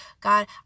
God